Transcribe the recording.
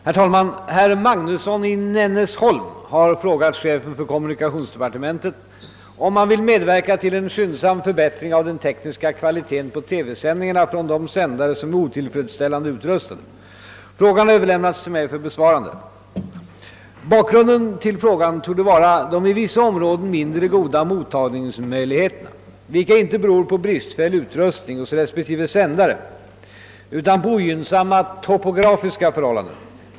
Herr talman! Herr Magnusson i Nennesholm har frågat chefen för kommunikationsdepartementet om han vill medverka till en skyndsam förbättring av den tekniska kvaliteten på TV-sändningarna från de sändare som är otillfredsställande utrustade. Frågan har överlämnats till mig för besvarande. Bakgrunden till frågan torde vara de i vissa områden mindre goda mottagningsmöjligheterna, vilka inte beror på bristfällig utrustning hos respektive sändare utan på ogynnsamma topografiska förhållanden.